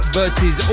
versus